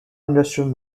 industrial